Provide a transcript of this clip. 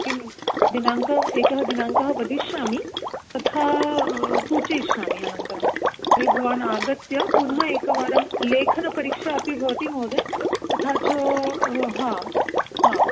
कः दिनाङ्क एकः दिनाङ्कः वदिष्यामि तथा सूचयिष्यामि अनन्तरं तर्हि भवानागत्य पुनः एकवारं लेखनपरीक्षा अपि भवति महोदय तथा च हा हा